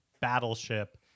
battleship